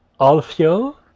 alfio